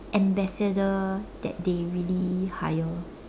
ambassador that they really hire